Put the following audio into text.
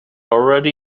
already